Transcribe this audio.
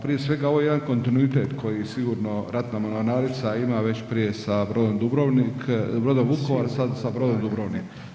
Prije svega ovo je jedan kontinuitet koji sigurno ratna mornarica ima već prije sa brodom Dubrovnik, brodom Vukovar, sad sa brodom Dubrovnik.